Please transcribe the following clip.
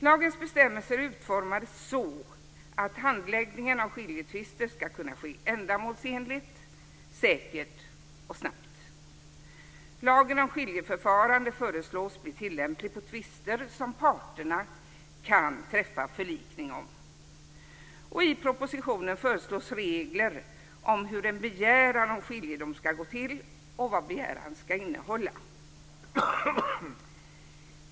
Lagens bestämmelser är utformade så att handläggningen av skiljetvister skall kunna ske ändamålsenligt, säkert och snabbt. Lagen om skiljeförfarande föreslås bli tillämplig på tvister som parterna kan träffa förlikning om. I propositionen föreslås regler om hur en begäran om skiljedom skall gå till och om vad en begäran skall innehålla.